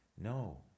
No